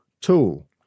tool